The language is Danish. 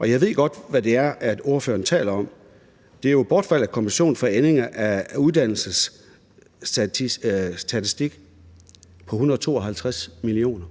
Jeg ved godt, hvad det er, ordføreren taler om. Det er jo bortfald af kompensation i forbindelse med ændringer af uddannelsesstatistikken på 152 mio. kr.,